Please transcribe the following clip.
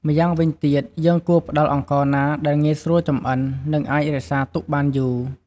ម្យ៉ាងវិញទៀត យើងគួរផ្ដល់អង្ករណាដែលងាយស្រួលចម្អិន និងអាចរក្សាទុកបានយូរ។